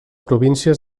províncies